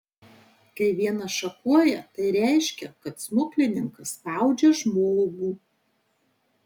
kai vienas šachuoja tai reiškia kad smuklininkas spaudžia žmogų